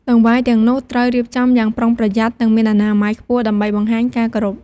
តង្វាយទាំងនោះត្រូវរៀបចំយ៉ាងប្រុងប្រយ័ត្ន និងមានអនាម័យខ្ពស់ ដើម្បីបង្ហាញការគោរព។